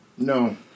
No